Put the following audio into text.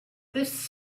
this